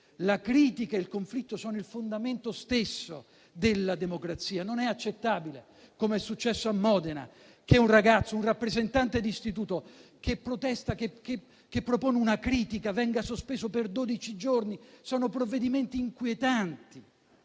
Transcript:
La critica e il conflitto sono il fondamento stesso della democrazia. Non è accettabile, come è successo a Modena, che un ragazzo, un rappresentante di istituto, che protesta e che pone una critica venga sospeso per dodici giorni: sono provvedimenti inquietanti.